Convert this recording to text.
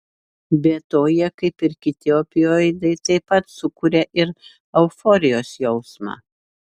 be to jie kaip ir kiti opioidai taip pat sukuria ir euforijos jausmą